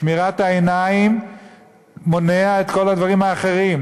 שמירת העיניים מונעת את כל הדברים האחרים.